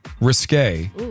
risque